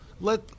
Let